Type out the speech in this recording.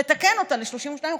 לתקן ל-32 חודשים,